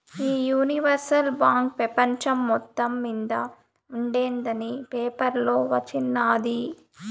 ఈ universal bank పెపంచం మొత్తం మింద ఉండేందని పేపర్లో వచిన్నాది